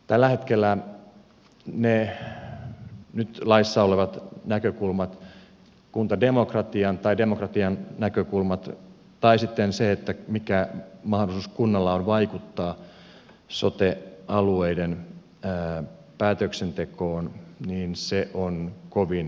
tällä hetkellä ne nyt laissa olevat näkökulmat kuntademokratian tai demokratian näkökulmat tai sitten se mikä mahdollisuus kunnalla on vaikuttaa sote alueiden päätöksentekoon ovat kovin vähäiset